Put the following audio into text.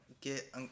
get